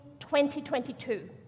2022